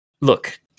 Look